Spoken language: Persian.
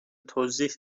توضیح